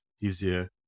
easier